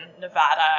Nevada